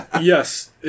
Yes